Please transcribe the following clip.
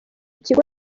kigo